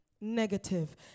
negative